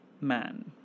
man